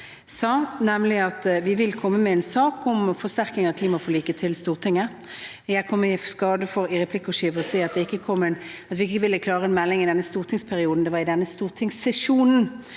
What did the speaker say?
sa, nemlig at vi vil komme med en sak om forsterking av klimaforliket til Stortinget. Jeg kom i skade for i et replikkordskifte å si at vi ikke ville klare en melding i denne stortingsperioden, det skulle være i denne stortingssesjonen